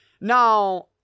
Now